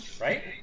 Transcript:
Right